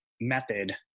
method